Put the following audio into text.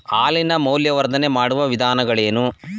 ಹಾಲಿನ ಮೌಲ್ಯವರ್ಧನೆ ಮಾಡುವ ವಿಧಾನಗಳೇನು?